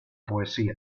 poesía